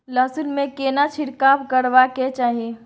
लहसुन में केना छिरकाव करबा के चाही?